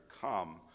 come